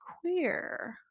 queer